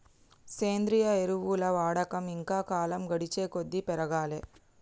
సేంద్రియ ఎరువుల వాడకం ఇంకా కాలం గడిచేకొద్దీ పెరగాలే